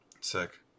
Sick